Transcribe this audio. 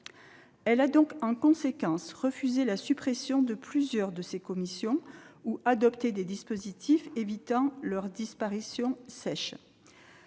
inférieurs. En conséquence, elle a refusé la suppression de plusieurs de ces commissions ou adopté des dispositifs évitant leur disparition « sèche